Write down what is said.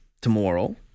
tomorrow